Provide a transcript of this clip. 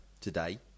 today